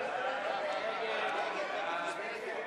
הצעת חוק שירות לאומי (תפקידי הגוף המוכר),